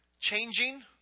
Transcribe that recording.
changing